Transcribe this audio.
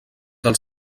del